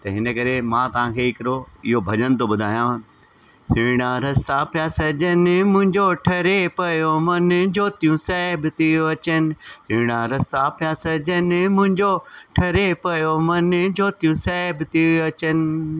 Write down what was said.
त हिन करे मां तव्हांखे हिकिड़ो इहो भॼन थो ॿुधायां